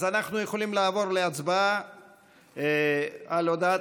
אז אנחנו יכולים לעבור להצבעה על הודעת